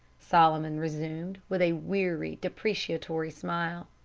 solomon resumed, with a weary, deprecatory smile,